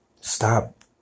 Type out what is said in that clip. Stop